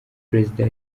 perezida